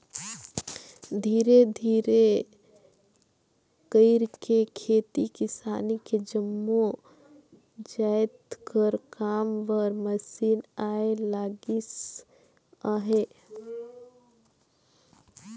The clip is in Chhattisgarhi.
धीरे धीरे कइरके खेती किसानी के जम्मो जाएत कर काम बर मसीन आए लगिस अहे